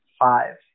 five